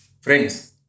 Friends